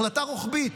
החלטה רוחבית,